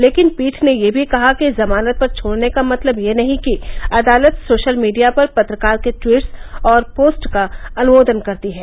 लेकिन पीठ ने यह भी कहा कि जमानत पर छोड़ने का मतलब यह नहीं कि अदालत सोशल मीडिया पर पत्रकार के टवीट्स और पोस्टस् का अनुमोदन करती है